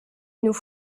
nous